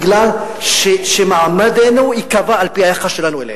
כי מעמדנו ייקבע לפי היחס שלנו אליהם.